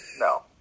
no